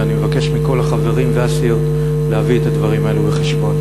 ואני מבקש מכל החברים והסיעות להביא את הדברים האלו בחשבון.